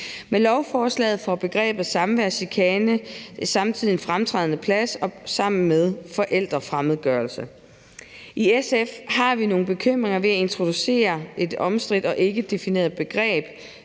Med lovforslaget får begrebet samværschikane samtidig en fremtrædende plads sammen med forældrefremmedgørelse. I SF har vi nogle bekymringer ved at introducere et omstridt og ikke defineret begreb,